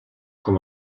com